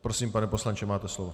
Prosím, pane poslanče, máte slovo.